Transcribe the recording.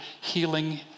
healing